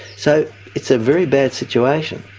so it's a very bad situation.